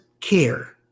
care